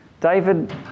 David